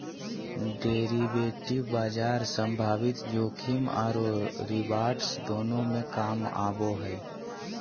derivative बाजार संभावित जोखिम औरो रिवार्ड्स दोनों में काम आबो हइ